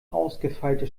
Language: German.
ausgefeilte